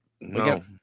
No